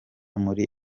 muri